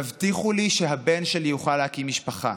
תבטיחו לי שהבן שלי יוכל להקים משפחה.